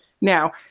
Now